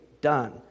Done